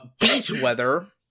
Beachweather